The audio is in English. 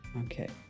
Okay